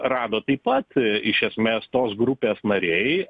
rado taip pat iš esmės tos grupės nariai